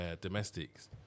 domestics